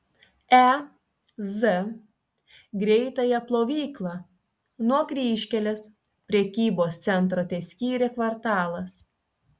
e z greitąją plovyklą nuo kryžkelės prekybos centro teskyrė kvartalas